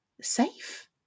safe